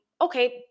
okay